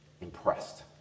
impressed